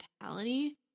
mentality